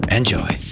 Enjoy